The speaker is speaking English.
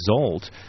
result